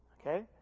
Okay